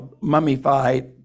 mummified